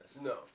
No